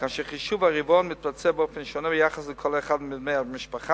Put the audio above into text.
כאשר חישוב הרבעון מתבצע באופן שונה ביחס לכל אחד מבני המשפחה.